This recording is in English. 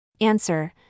Answer